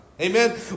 Amen